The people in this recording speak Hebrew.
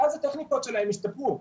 ואז הטכניקות שלהם השתפרו.